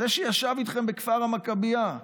זה שישב איתכם בכפר המכבייה,